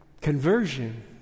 conversion